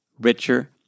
richer